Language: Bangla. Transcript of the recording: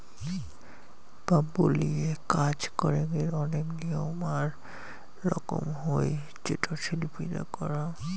ব্যাম্বু লিয়ে কাজ করঙ্গের অনেক নিয়ম আর রকম হই যেটো শিল্পীরা করাং